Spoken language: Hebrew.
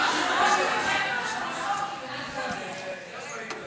הציוני זה באמת כבוד גדול.